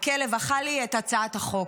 הכלב אכל לי את הצעת החוק.